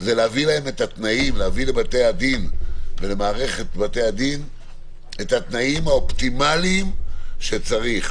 זה להביא לבתי הדין ולמערכת בתי הדין את התנאים האופטימליים שצריך.